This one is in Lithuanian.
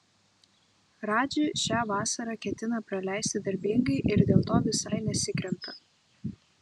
radži šią vasarą ketina praleisti darbingai ir dėl to visai nesikremta